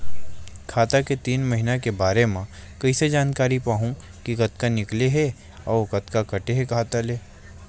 खाता के तीन महिना के बारे मा कइसे जानकारी पाहूं कि कतका निकले हे अउ कतका काटे हे खाता ले?